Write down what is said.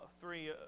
three